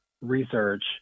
research